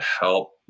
help